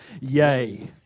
yay